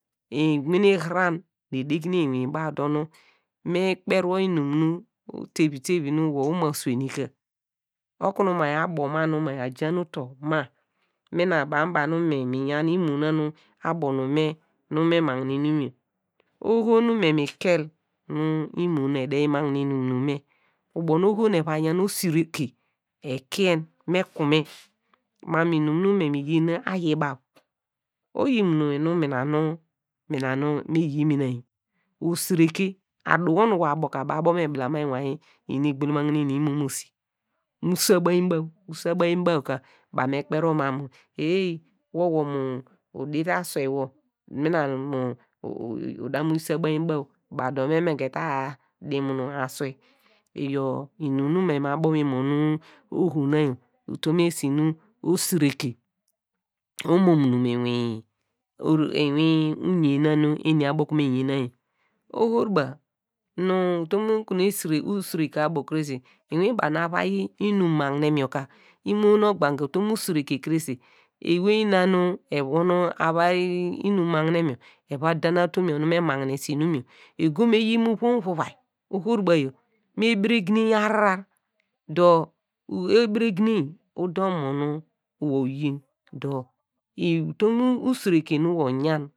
Ewane hiran nu edegne lnwin baw dor nu me kperi wor lnum nu tevi tevi uma swene ka, okunu ma abo mam nu ma ajam utor ma, mina banu ba na nu nu miyan imo na nu abo nu me nu me magne lnum yor oho nu me mi kel nu imo na ede magne lnum nu me, ubo nu oho nu eva yaw nu osireke ekie, me ku me mam mu lnum nu mem mi yin nu ayi baw oyi munu lnum mina nu mi yi muna yor, osireke, adu wor nu wor abo ka baw abo okunu me hilama lnwane lnum nu igbulamagne nu imosi, mu sabainbaw mu sabainbaw ka baw nu kperi wor mam mu heyi wor mu idi te aswei wor, mina mu uda mu yi sabainbaw baw dor emeke ta di mumu aswei lyor lnum nu me abo okunu nu mon nu oho na yor utom esi nu osireke omo munu mu lnwin, ore, lnwin uyena nu eni abo okunu meyena yor, ohobura nu utom okunu usire abo krese, lnwin banu avai lnum magnem yor ka imo nu ogbanke utom osireke krese ewey nuna nu evon avai lnum magnem yor eva, dan atomn nu me magnese lnum yor ego meyi mu ivom uvuvai ohobura yor me beregena ahrar dor, eberegnen dar omo nu wor uyin utom usireke nu wor uyan.